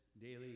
daily